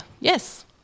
Yes